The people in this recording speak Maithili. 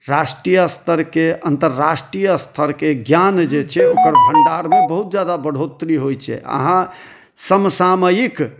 राष्ट्रीय स्तरके अन्तराष्ट्रीय स्तरके ज्ञान जे छै ओकर भण्डारमे बहुत जादा बढ़ोतरी होइ छै अहाँ समसामयिक